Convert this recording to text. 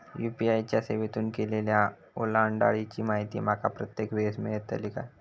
UPI च्या सेवेतून केलेल्या ओलांडाळीची माहिती माका प्रत्येक वेळेस मेलतळी काय?